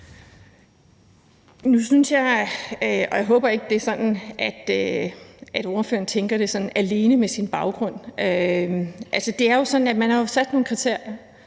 Bank (V): Jeg håber ikke, det er sådan, at ordføreren tænker det alene med sin baggrund. Det er jo sådan, at man har sat nogle kriterier,